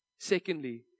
Secondly